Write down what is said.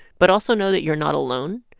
but also know that you're not alone.